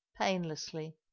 painlessly